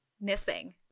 missing